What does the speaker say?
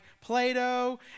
Plato